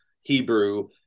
Hebrew